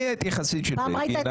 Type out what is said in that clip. אני הייתי חסיד של בגין,